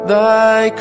Thy